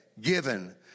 given